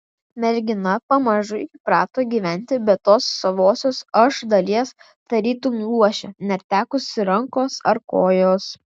mergina pamažu įprato gyventi be tos savosios aš dalies tarytum luošė netekusi rankos ar kojos